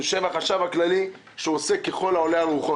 יושב החשב הכללי שעושה ככל העולה על רוחו.